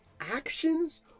actions